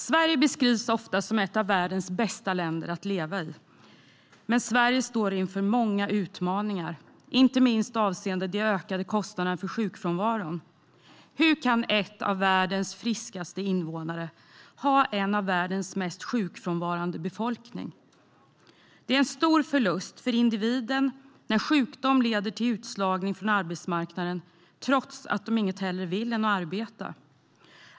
Sverige beskrivs ofta som ett av världens bästa länder att leva i. Men Sverige står inför många utmaningar, inte minst avseende de ökade kostnaderna för sjukfrånvaron. Hur kan ett av världens friskaste länder ha en av världens mest sjukfrånvarande befolkningar? Det är en stor förlust för individen när sjukdom leder till utslagning från arbetsmarknaden, trots att man inget hellre vill än att arbeta.